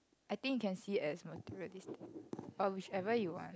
I think you can see as materialistic or whichever you want